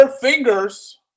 fingers